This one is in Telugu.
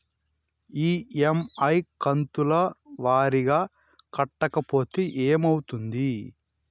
ఇ.ఎమ్.ఐ కంతుల వారీగా కట్టకపోతే ఏమవుతుంది?